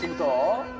and go,